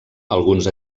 alguns